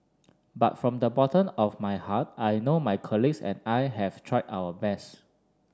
but from the bottom of my heart I know my colleagues and I have tried our best